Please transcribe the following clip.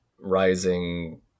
rising